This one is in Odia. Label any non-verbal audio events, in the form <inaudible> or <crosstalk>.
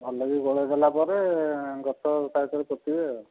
ଭଲକି ଗୋଳେଇ ଦେଲା ପରେ ଗଛ ଗଛ <unintelligible> ପୋତିବେ ଆଉ